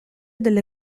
delle